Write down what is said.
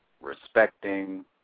respecting